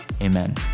Amen